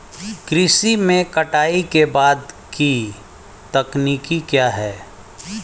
कृषि में कटाई के बाद की तकनीक क्या है?